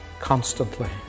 constantly